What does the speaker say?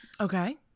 Okay